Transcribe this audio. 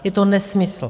Je to nesmysl.